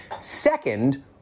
Second